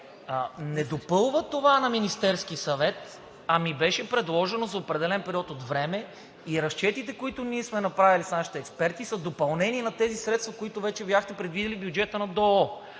не допълва това на Министерския съвет, а беше предложено за определен период от време и разчетите, които ние сме направили с нашите експерти, са допълнение на тези средства, които вече бяхте предвидили в бюджета на ДОО.